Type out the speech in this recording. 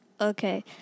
Okay